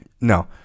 No